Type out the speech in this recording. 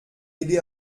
aidé